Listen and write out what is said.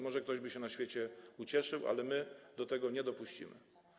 Może ktoś by się na świecie ucieszył, ale my do tego nie dopuścimy.